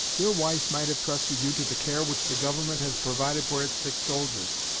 your wife might have trusted you to the care which the government has provided for its sick soldiers.